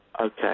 Okay